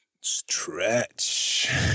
stretch